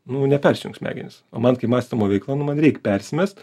nu nepersijungs smegenys o man kaip mąstymo veikla nu man reik persimest